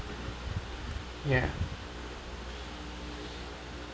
ya